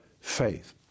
faith